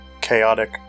Chaotic